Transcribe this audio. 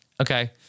Okay